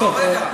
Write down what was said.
בסוף.